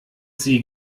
sie